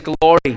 glory